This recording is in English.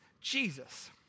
Jesus